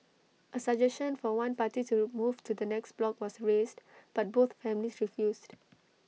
A suggestion for one party to the move to the next block was raised but both families refused